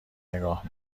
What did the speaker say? نگاه